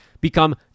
become